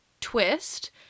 twist